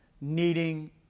needing